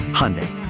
Hyundai